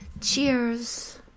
Cheers